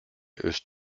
ist